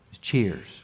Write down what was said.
Cheers